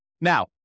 Now